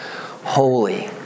holy